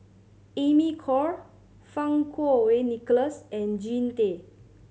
Amy Khor Fang Kuo Wei Nicholas and Jean Tay